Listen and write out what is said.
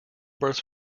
birth